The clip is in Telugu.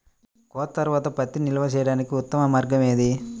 కోత తర్వాత పత్తిని నిల్వ చేయడానికి ఉత్తమ మార్గం ఏది?